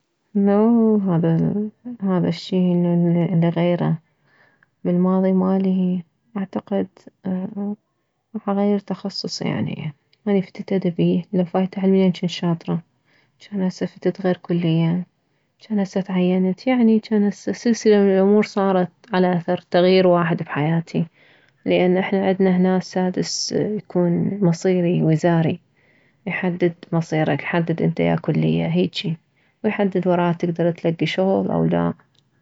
اوو هذا هذا الشي انه اللي اغيره بالماضي مالي اعتقد راح اغير تخصصي يعني اني فتت ادبي لو فايته علمي لان جنت شاطرة جان هسه فتت غير كلية جان هسه تعينت يعني جان هسه سلسلة من الامور صارت على اثر تغيير واحد بحياتي لان احنا عدنا هنا السادس يكون مصيري وزاري يحدد مصيرك يحدد انت يا كلية هيجي ويحدد وراها تكدر تلكي شغل او لا